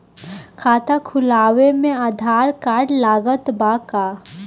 खाता खुलावे म आधार कार्ड लागत बा का?